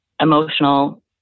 emotional